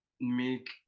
make